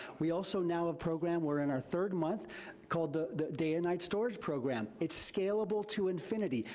we also now, a program, we're in our third month called the the day and night storage program. it's scalable to infinity,